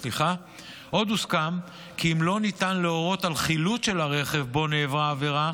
עוד הוסכם כי אם לא ניתן להורות על חילוט של הרכב שבו נעברה העבירה,